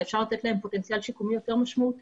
הרי אפשר לתת להם פוטנציאל שיקומי יותר משמעותי,